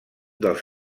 dels